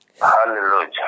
Hallelujah